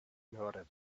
nor